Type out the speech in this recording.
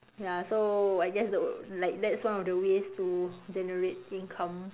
ya so I guess like the that's one of the ways to generate income